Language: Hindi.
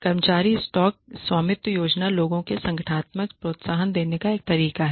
कर्मचारी स्टॉक स्वामित्व योजना लोगों को संगठनात्मक प्रोत्साहन देने का एक और तरीका है